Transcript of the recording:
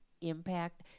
impact